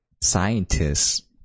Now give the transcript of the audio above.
scientists